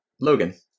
Logan